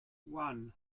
one